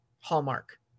hallmark